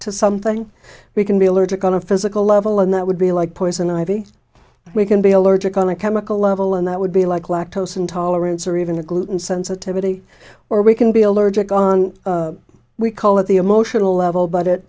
to something we can be allergic on a physical level and that would be like poison ivy we can be allergic on a chemical level and that would be like lactose intolerance or even a gluten sensitivity or we can be allergic on we call it the emotional level but it